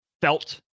felt